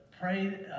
pray